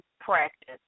practice